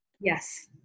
Yes